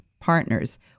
partners